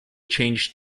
changed